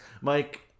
Mike